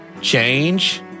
Change